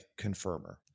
confirmer